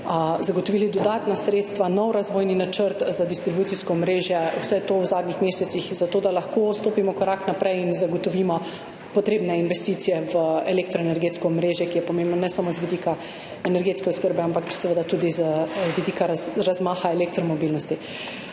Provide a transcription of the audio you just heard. Zagotovili smo dodatna sredstva, nov razvojni načrt za distribucijsko omrežje, vse to v zadnjih mesecih, zato da lahko stopimo korak naprej in zagotovimo potrebne investicije v elektroenergetsko omrežje, ki je pomembno ne samo z vidika energetske oskrbe, ampak tudi z vidika razmaha elektromobilnosti.